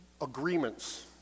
agreements